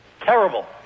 Terrible